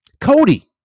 Cody